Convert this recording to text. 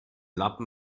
lappen